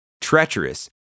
Treacherous